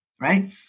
right